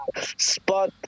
spot